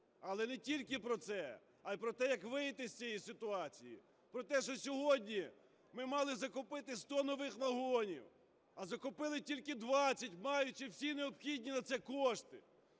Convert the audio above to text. Але не тільки про це, а й про те, як вийти з цієї ситуації. Про те, що сьогодні ми мали закупити 100 нових вагонів, а закупили тільки 20, маючи всі необхідні на це кошти.